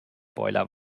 boiler